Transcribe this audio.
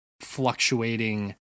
fluctuating